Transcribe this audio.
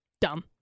Dumb